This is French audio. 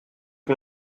que